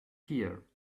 here